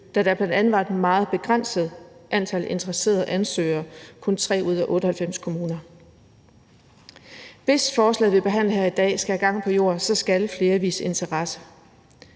da der bl.a. var et meget begrænset antal interesserede ansøgere – kun 3 ud af 98 kommuner. Hvis forslaget, vi behandler her i dag, skal have gang på jorden, så skal flere vise interesse.